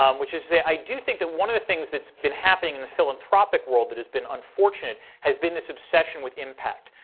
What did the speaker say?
um which is to say, i do think that one of the things that's been happening in the philanthropic world that has been unfortunate has been this obsession with impact.